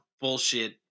bullshit